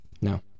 No